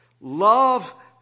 Love